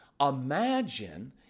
Imagine